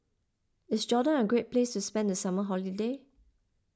is Jordan a great place to spend the summer holiday